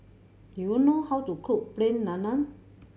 do you know how to cook Plain Naan